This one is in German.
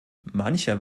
mancher